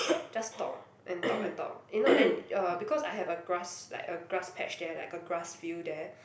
just talk and talk and talk if not then uh because I have a grass like a grass patch there like a grass field there